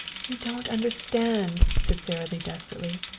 you don't understand, said sara lee desperately.